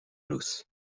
luce